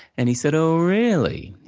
and he said, oh, really?